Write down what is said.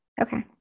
Okay